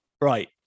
right